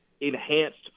enhanced